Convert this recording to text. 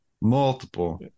multiple